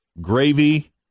gravy